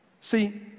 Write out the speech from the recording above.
See